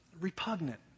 repugnant